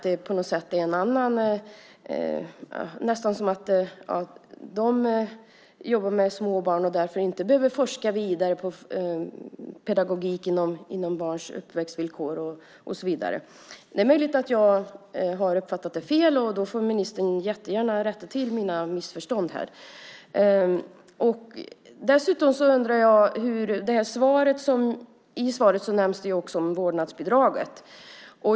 Det är nästan som att de jobbar med små barn och därför inte behöver forska vidare om pedagogik och barns uppväxtvillkor. Det är möjligt att jag har uppfattat det fel. Då får ministern gärna rätta till min missuppfattning. I svaret nämns också vårdnadsbidraget.